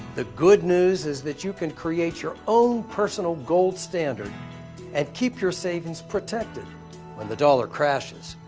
the good news is that you can create your own personal gold standard and keep your savings protected when the dollar crashes.